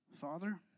Father